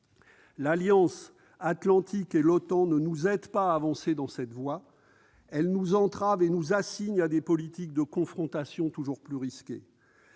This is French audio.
L'Alliance atlantique ne nous aide pas à avancer dans cette voie ; elle nous entrave et nous confine à des politiques de confrontation toujours plus risquées.